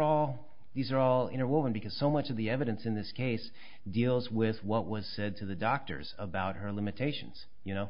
all these are all interwoven because so much of the evidence in this case deals with what was said to the doctors about her limitations you know